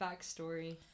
backstory